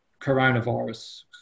coronavirus